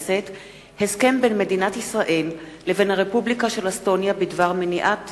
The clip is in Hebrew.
הסכם בין מדינת ישראל לבין הרפובליקה של אסטוניה בדבר מניעת